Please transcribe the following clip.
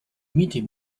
meeting